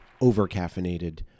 over-caffeinated